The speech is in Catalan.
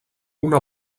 una